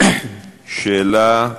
שאלה: